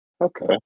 Okay